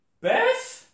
Beth